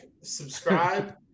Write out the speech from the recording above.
subscribe